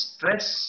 Stress